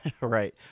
right